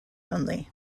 only